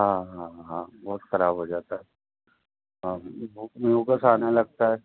ہاں ہاں ہاں بہت خراب ہو جاتا ہے ہاں میوکس آنے لگتا ہے